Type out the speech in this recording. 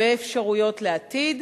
ואפשרויות לעתיד